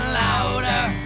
louder